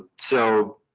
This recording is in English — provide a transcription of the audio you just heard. so,